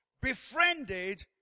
befriended